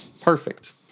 Perfect